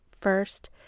first